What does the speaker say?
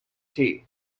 tea